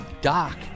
Doc